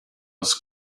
was